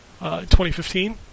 2015